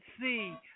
see